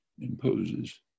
imposes